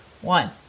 One